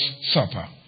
supper